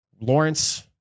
Lawrence